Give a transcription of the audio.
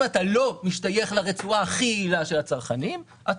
אם אתה לא משתייך לרצועה הכי יעילה של הצרכנים אתה